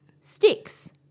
sticks